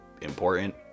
important